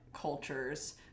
cultures